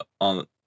on